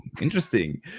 Interesting